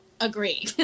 agree